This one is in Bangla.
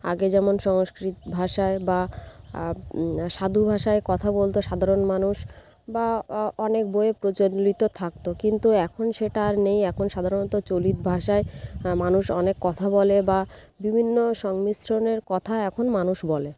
আগে যেমন সংস্কৃত ভাষায় বা সাধু ভাষায় কথা বলত সাধারণ মানুষ বা অনেক বইয়ে প্রচলিত থাকত কিন্তু এখন সেটা আর নেই এখন সাধারণত চলিত ভাষায় মানুষ অনেক কথা বলে বা বিভিন্ন সংমিশ্রণের কথা এখন মানুষ বলে